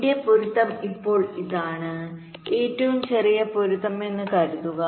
എന്റെ പൊരുത്തം ഇപ്പോൾ ഇതാണ് ഏറ്റവും ചെറിയ പൊരുത്തമെന്ന് കരുതുക